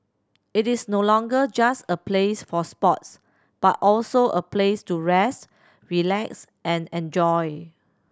it is no longer just a place for sports but also a place to rest relax and enjoy